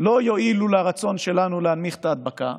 לא תועיל לרצון שלנו להנמיך את ההדבקה.